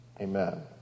Amen